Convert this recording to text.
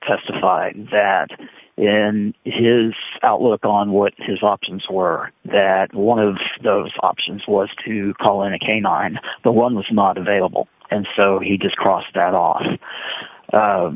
testify that in his outlook on what his options for that one of those options was to call in a canine the one was not available and so he just crossed that off